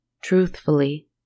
Truthfully